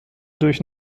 durch